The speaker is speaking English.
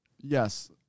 yes